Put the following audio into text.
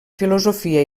filosofia